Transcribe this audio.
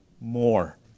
more